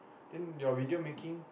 then your retail making